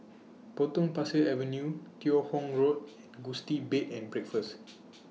Potong Pasir Avenue Teo Hong Road and Gusti Bed and Breakfast